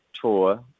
tour